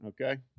Okay